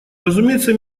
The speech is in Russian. разумеется